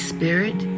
Spirit